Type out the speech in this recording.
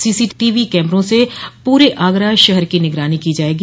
CC TV कैमरों से पूरे आगरा शहर की निगरानी की जायेगी